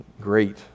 Great